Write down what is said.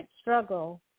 struggle